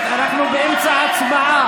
בושה.